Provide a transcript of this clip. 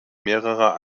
mehrerer